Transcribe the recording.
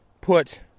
put